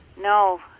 No